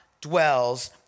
dwells